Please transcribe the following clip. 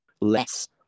less